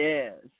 Yes